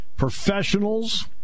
Professionals